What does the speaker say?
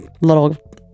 little